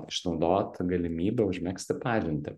išnaudot galimybę užmegzti pažintį